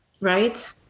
Right